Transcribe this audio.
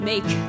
Make